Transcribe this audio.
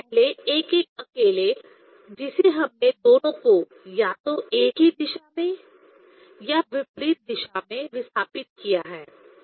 इससे पहले एक एक अकेले जिसे हमने दोनों को या तो एक ही दिशा में या विपरीत दिशा में विस्थापित किया है